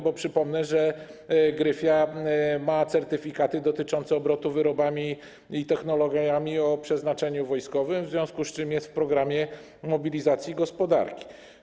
Bo przypomnę, że Gryfia ma certyfikaty dotyczące obrotu wyrobami i technologiami o przeznaczeniu wojskowym, w związku z czym jest w programie mobilizacji gospodarki.